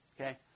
okay